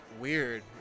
weird